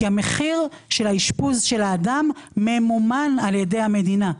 כי המחיר של האשפוז של האדם ממומן על ידי המדינה.